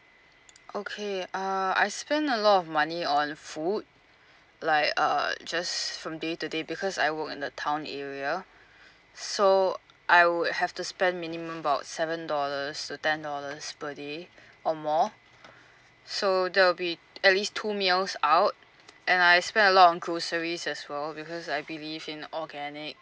okay uh I spend a lot of money on food like uh just from day to day because I work in the town area so I would have to spend minimum about seven dollars to ten dollars per day or more so that will be at least two meals out and I spend a lot on groceries as well because I believe in organic